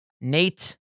Nate